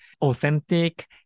authentic